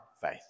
faith